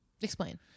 explain